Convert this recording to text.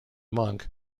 monk